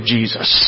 Jesus